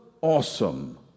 awesome